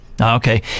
okay